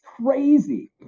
crazy